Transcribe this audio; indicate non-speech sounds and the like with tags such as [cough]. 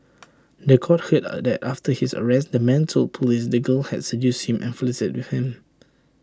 The Court heard [hesitation] that after his arrest the man told Police the girl had seduced him and flirted with him